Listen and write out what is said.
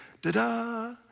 da-da